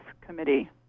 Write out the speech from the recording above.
Committee